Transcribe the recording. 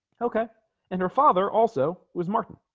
okay and her father also was martin